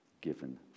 given